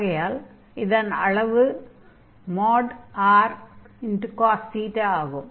ஆகையால் இதன் அளவு |r|cos ஆகும்